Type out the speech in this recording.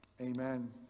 Amen